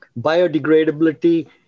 biodegradability